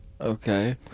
okay